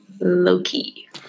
Loki